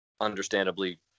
understandably